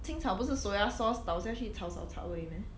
清炒不是 soya sauce 倒下去炒炒炒而已 meh